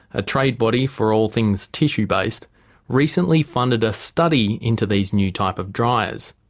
a trade body for all things tissue, based recently funded a study into these new types of dryers.